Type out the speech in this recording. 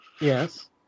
Yes